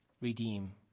redeem